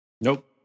Nope